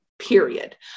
Period